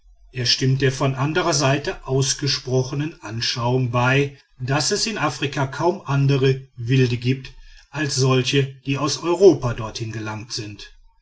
er stimmt der von anderer seite ausgesprochenen anschauung bei daß es in afrika kaum andere wilde gibt als solche die aus europa dorthin gelangt sind